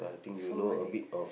four more days